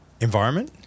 environment